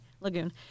Lagoon